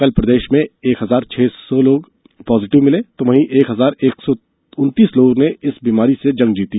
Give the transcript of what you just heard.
कल प्रदेश में एक हजार छह लोग पॉजिटिव भिले तो वहीं एक हजार एक सौ उन्तीस लोगों ने इस बीमारी से जंग जीती